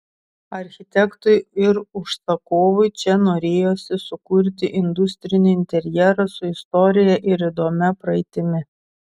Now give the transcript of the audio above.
architektui ir užsakovui čia norėjosi sukurti industrinį interjerą su istorija ir įdomia praeitimi